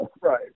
right